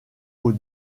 aux